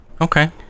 Okay